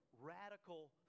radical